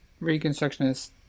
Reconstructionist